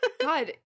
God